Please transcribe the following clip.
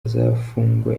azafungwa